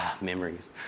Memories